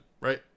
Right